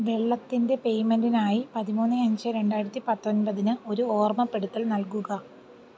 വെള്ളത്തിൻ്റെ പേയ്മെൻറ്റിനായി പതിമൂന്ന് അഞ്ച് രണ്ടായിരത്തി പത്തൊൻപതിന് ഒരു ഓർമ്മപ്പെടുത്തൽ നൽകുക